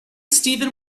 steven